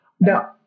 Now